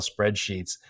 spreadsheets